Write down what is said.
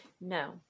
No